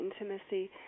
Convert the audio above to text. intimacy